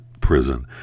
prison